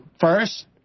first